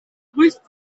grüßt